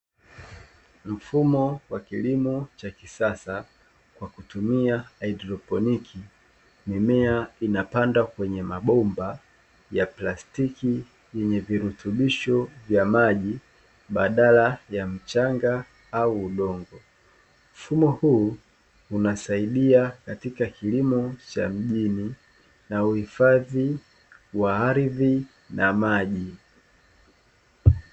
Mfumo wa kilimo cha kisasa kwa kutumia haidroponiki. Mimea inapandwa kwenye mabomba ya plastiki yenye virutubisho vya maji badala ya mchanga au udongo. Mfumo huu, unasaidia katika kilimo cha mjini na uhifadhi wa ardhi na maji.